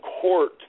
court